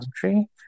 country